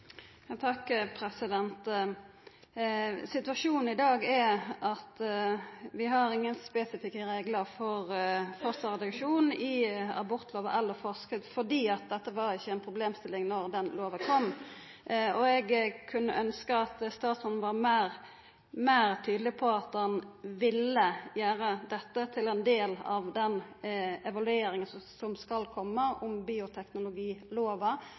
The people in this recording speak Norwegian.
Situasjonen i dag er at vi ikkje har nokon spesifikke reglar for fosterreduksjon i abortlova eller i forskrift, fordi dette ikkje var ei problemstilling da den lova kom. Eg kunne ønskt at statsråden var meir tydeleg på at han ville gjera dette til ein del av den evalueringa som skal komme av bioteknologilova,